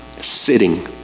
Sitting